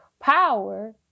power